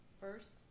First